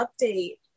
update